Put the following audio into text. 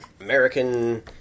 American